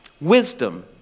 Wisdom